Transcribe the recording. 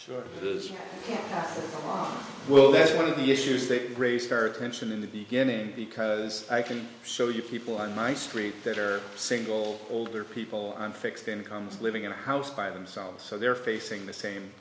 on well that's one of the issues they raised our attention in the beginning because i can show you people on my street that are single older people on fixed incomes living in a house by themselves so they're facing the same